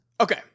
Okay